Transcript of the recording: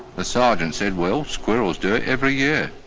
the sergeant said, well, squirrels do it every year.